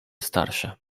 starsze